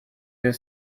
the